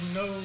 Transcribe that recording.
no